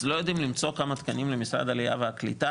אז לא יודעים למצוא כמה תקנים למשרד העלייה והקליטה?